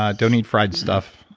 ah don't eat fried stuff.